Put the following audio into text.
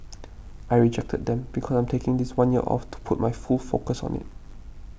I rejected them because I'm taking this one year off to put my full focus on it